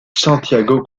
santiago